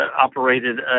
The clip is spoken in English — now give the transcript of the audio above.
operated